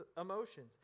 emotions